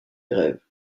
grèves